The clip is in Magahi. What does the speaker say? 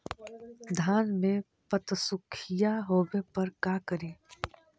धान मे पत्सुखीया होबे पर का करि?